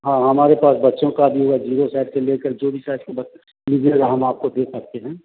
हाँ हमारे पास बच्चों का भी वह जीरो सेट से लेकर जो भी सेट को लीजिएगा हम आपको दे सकते हैं